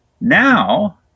Now